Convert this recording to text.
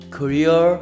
career